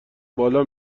بالا